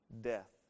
death